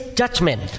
judgment